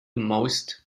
moist